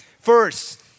First